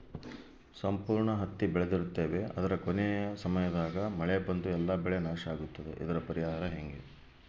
ಸಂಪೂರ್ಣ ಹತ್ತಿ ಬೆಳೆದಿರುತ್ತೇವೆ ಆದರೆ ಕೊನೆಯ ಸಮಯದಾಗ ಮಳೆ ಬಂದು ಎಲ್ಲಾ ಬೆಳೆ ನಾಶ ಆಗುತ್ತದೆ ಇದರ ಪರಿಹಾರ ಹೆಂಗೆ?